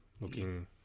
Looking